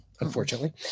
unfortunately